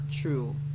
true